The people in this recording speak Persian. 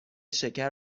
شکر